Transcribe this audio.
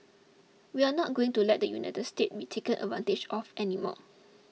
we are not going to let the United States be taken advantage of any more